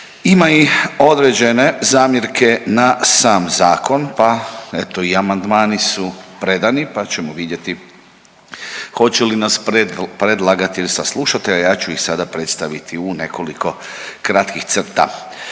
ima i određene zamjerke na sam zakon, pa eto i amandmani su predani, pa ćemo vidjeti hoće li nas predlagatelj saslušati, a ja ću ih sada predstaviti u nekoliko kratkih crta.